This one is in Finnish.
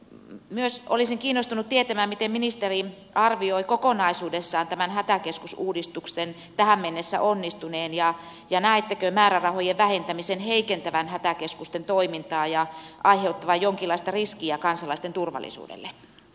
myös olisin kiinnostunut tietämään miten ministeri arvioi kokonaisuudessaan tämän hätäkeskusuudistuksen tähän mennessä onnistuneen ja näettekö määrärahojen vähentämisen heikentävän hätäkeskusten toimintaa ja aiheuttavan jonkinlaista riskiä kansalaisten turvallisuudelle